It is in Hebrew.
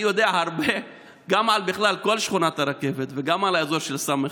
אני יודע הרבה גם על כל שכונת הרכבת בכלל וגם על האזור של ס"ח,